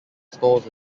stores